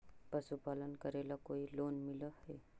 पशुपालन करेला कोई लोन मिल हइ?